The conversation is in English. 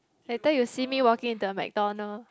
later you see me walking into a McDonald